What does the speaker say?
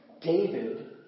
David